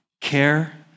care